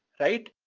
right?